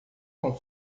com